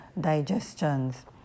digestions